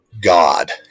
God